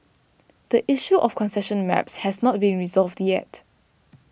the issue of concession maps has not been resolved yet